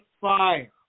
fire